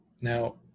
Now